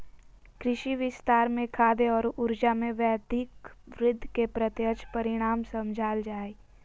कृषि विस्तार के खाद्य और ऊर्जा, में वैश्विक वृद्धि के प्रत्यक्ष परिणाम समझाल जा हइ